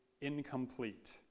incomplete